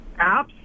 apps